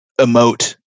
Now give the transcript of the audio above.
emote